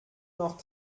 noch